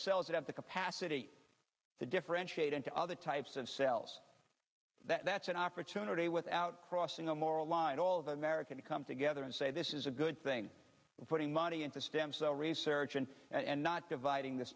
cells that have the capacity to differentiate into other types of cells that's an opportunity without crossing a moral line all of america to come together and say this is a good thing for the money into stem cell research and and not dividing this